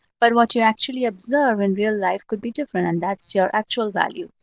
but what you actually observe in real life could be different, and that's your actual value,